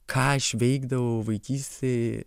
ką aš veikdavau vaikystėj